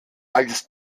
als